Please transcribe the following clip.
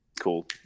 cool